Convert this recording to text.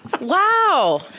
Wow